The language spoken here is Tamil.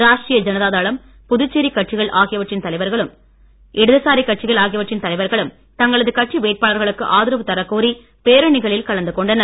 ராஷ்டிரிய ஜனதா தளம் இடதுசாரி கட்சிகள் ஆகியவற்றின் தலைவர்களும் தங்களது கட்சி வேட்பாளர்களுக்கு ஆதாவு தாக் கோரி பேரணிகளில் கலந்து கொண்டனர்